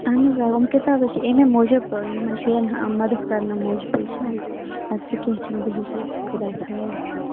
آہَن حظ آ یِم کِتاب حظ چھِ اَمی موٗجوٗب آ یِمَن شُرٮ۪ن آ مدد کَرنہٕ موٗجوٗبٕے چھُ یِم اَدٕ سا کیٚنٛہہ چھُنہٕ بِہِو تیٚلہِ خۄدایَس حوالہٕ